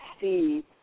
see